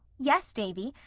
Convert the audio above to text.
yes, davy,